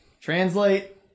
translate